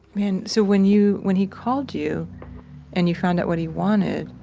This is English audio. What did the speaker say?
man, so when you, when he called you and you found out what he wanted,